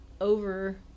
over